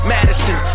Madison